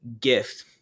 gift